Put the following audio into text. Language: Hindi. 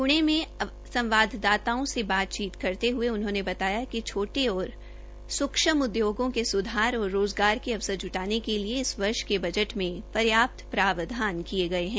प्रणे में संवाददाताओं से बातचीत करते हये उन्होंने बताया कि छोटे और सूक्षम उद्योगों के सूधार और रोज़गार के अवसर ज्टाने के लिए इस वर्ष के बजट में पर्याप्त प्रावधान किये गये है